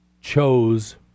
chose